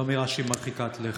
זו אמירה מרחיקת לכת.